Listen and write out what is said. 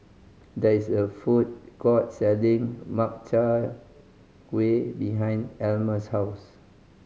there is a food court selling Makchang Gui behind Almer's house